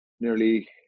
nearly